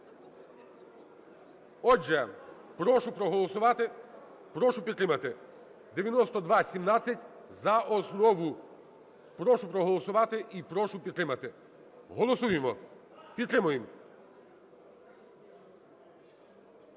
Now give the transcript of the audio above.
Отже, прошу проголосувати. Прошу підтримати 9217 за основу. Прошу проголосувати і прошу підтримати. Голосуємо. Підтримуємо.